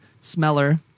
smeller